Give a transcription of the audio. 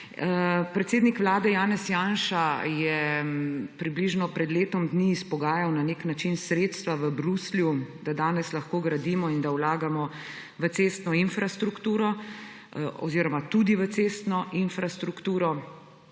Predsednik Vlade Janez Janša je približno pred letom dni izpogajal na nek način sredstva v Bruslju, da danes lahko gradimo in da vlagamo v cestno infrastrukturo oziroma tudi v cestno infrastrukturo